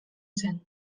zen